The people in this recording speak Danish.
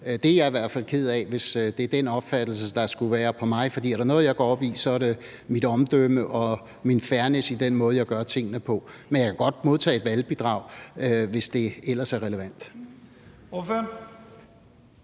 Jeg ville i hvert fald være ked af det, hvis det er den opfattelse, der skulle være om mig, for er der noget, jeg går op i, så er det mit omdømme og min fairness i den måde, jeg gør tingene på. Men jeg kan godt modtage et valgbidrag, hvis det ellers er relevant.